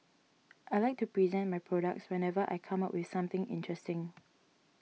I like to present my products whenever I come up with something interesting